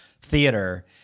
theater